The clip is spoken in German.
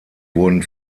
wurden